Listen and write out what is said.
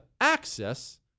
access